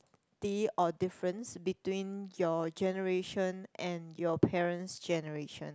ty or difference between your generation and your parents' generation